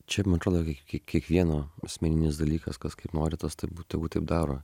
čia man atrodo kiek kiekvieno asmeninis dalykas kas kaip nori tas tegu taip daro